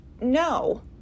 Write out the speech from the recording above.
no